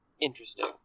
interesting